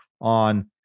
on